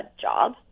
job